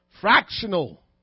fractional